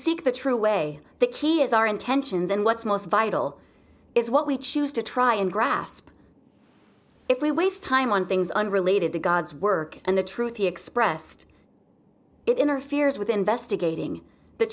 seek the true way the key is our intentions and what's most vital is what we choose to try and grasp if we waste time on things unrelated to god's work and the truth he expressed it interferes with investigating the